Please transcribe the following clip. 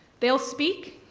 they'll speak,